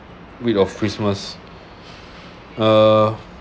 week of christmas uh